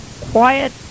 quiet